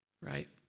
Right